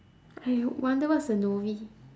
I wonder what is a novice